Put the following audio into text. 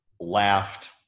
laughed